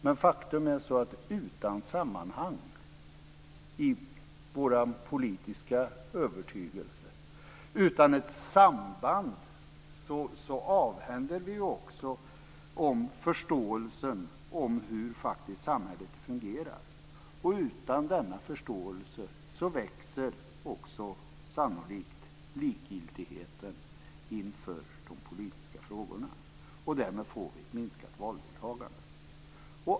Men faktum är att utan sammanhang i vår politiska övertygelse och utan ett samband avhänder vi oss också förståelsen för hur samhället fungerar. Utan denna förståelse växer också sannolikt likgiltigheten för de politiska frågorna, och därmed får vi ett minskat valdeltagande.